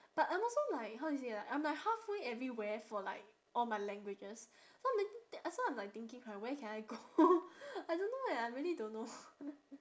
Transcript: but I'm also like how do you say like I'm like halfway everywhere for like all my languages so that's why I'm like thinking where can I go I don't know eh I really don't know